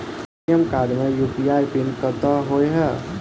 ATM card मे UPI PIN कतह होइ है?